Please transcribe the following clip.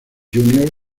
junior